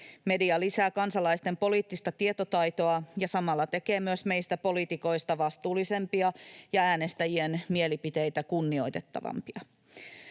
Media lisää kansalaisten poliittista tietotaitoa ja samalla tekee myös meistä poliitikoista vastuullisempia ja äänestäjien mielipiteitä kunnioittavampia.